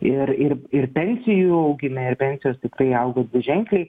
ir ir ir pensijų augime ir pensijos tikrai augo dviženkliai